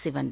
Sivan